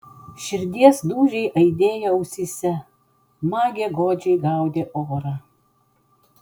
širdies dūžiai aidėjo ausyse magė godžiai gaudė orą